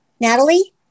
Natalie